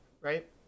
Right